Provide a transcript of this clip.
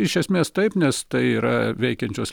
iš esmės taip nes tai yra veikiančios